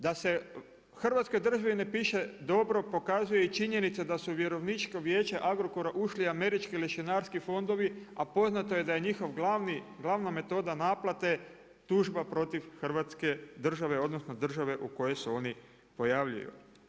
Da se Hrvatskoj državi ne piše dobro pokazuje i činjenica da su vjerovničko vijeće Agrokora ušli američki lešinarski fondovi, a poznato je da je njihova glavna metoda naplate tužba protiv Hrvatske države, odnosno države u kojoj se oni pojavljuju.